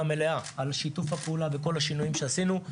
מלאה על שיתוף הפעולה וכל השינויים שעשינו.